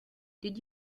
did